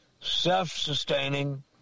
self-sustaining